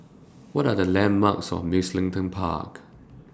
What Are The landmarks near Mugliston Park